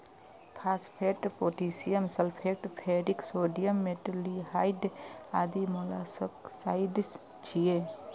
phosphate, potassium sulphate, ferric sodium, metaldehyde आदि molluscicides छियै